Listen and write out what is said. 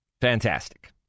Fantastic